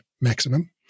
maximum